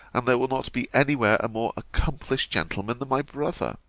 and there will not be any where a more accomplished gentleman than my brother.